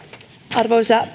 arvoisa